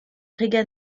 regan